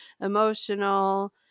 emotional